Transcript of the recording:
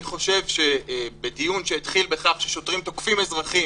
אני חושב שבדיון שהתחיל בכך ששוטרים תוקפים אזרחים,